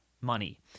money